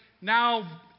now